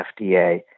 FDA